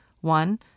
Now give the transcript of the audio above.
One